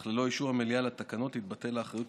אך ללא אישור המליאה לתקנות תתבטל האחריות